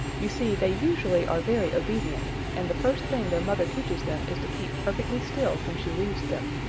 you see, they usually are very obedient, and the first thing their mother teaches them is to keep perfectly still when she leaves them.